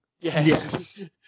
yes